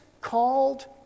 called